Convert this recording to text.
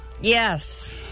Yes